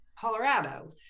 Colorado